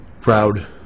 proud